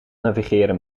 navigeren